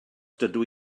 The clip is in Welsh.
dydw